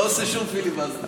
לא עושה שום פיליבסטר.